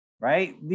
right